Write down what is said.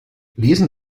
lesen